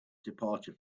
departure